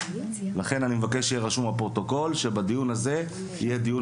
לכן אני מבקש שיהיה רשום בפרוטוקול שבדיון הזה יהיה דיון